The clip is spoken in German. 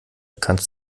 kannst